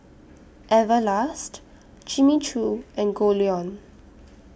Everlast Jimmy Choo and Goldlion